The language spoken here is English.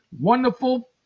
wonderful